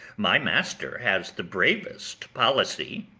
my master has the bravest policy!